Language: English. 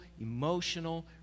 emotional